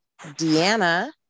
Deanna